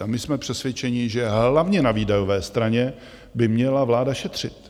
A my jsme přesvědčeni, že hlavně na výdajové straně by měla vláda šetřit.